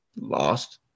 lost